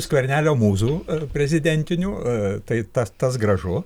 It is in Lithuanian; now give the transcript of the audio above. skvernelio mūzų prezidentinių tai tas tas gražu